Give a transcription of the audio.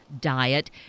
Diet